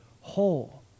whole